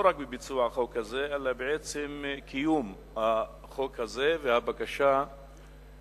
לא רק בביצוע החוק הזה אלא בעצם קיום החוק הזה והבקשה להאריכו?